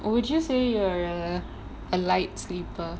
would you say you are a light sleeper